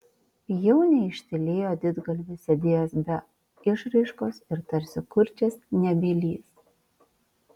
jau neištylėjo didgalvis sėdėjęs be išraiškos ir tarsi kurčias nebylys